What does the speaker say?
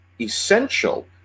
essential